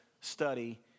study